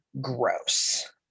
gross